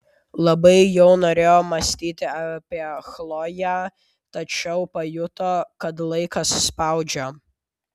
labai jau norėjo mąstyti apie chloję tačiau pajuto kad laikas spaudžia